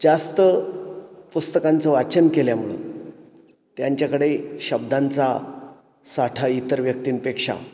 जास्त पुस्तकांचं वाचन केल्यामुळे त्यांच्याकडे शब्दांचा साठा इतर व्यक्तींपेक्षा